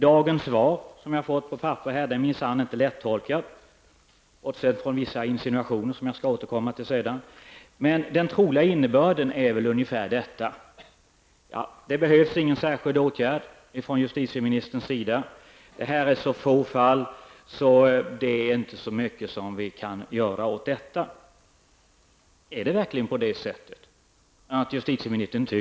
Dagens svar, som jag har fått på papper här, är minsann inte lättolkat bortsett från vissa insinuationer som jag skall återkomma till sedan. Den troliga innebörden är väl ungefär denna: Ja, det behövs inga särskilda åtgärder från justitieministerns sida. Det är så få fall, och det är inte så mycket som vi kan göra åt detta. Tycker verkligen justitieministern detta?